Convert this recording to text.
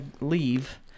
leave